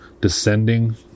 descending